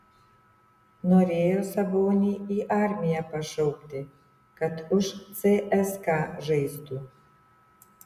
norėjo sabonį į armiją pašaukti kad už cska žaistų